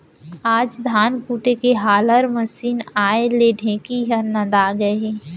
आज धान कूटे के हालर मसीन आए ले ढेंकी ह नंदा गए हे